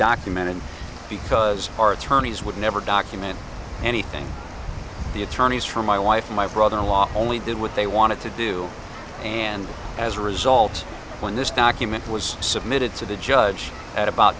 documented because our attorneys would never document anything the attorneys for my wife my brother in law only did what they wanted to do and as a result when this document was submitted to the judge at about